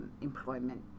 employment